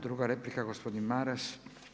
Druga replika gospodin Maras.